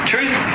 Truth